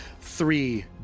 three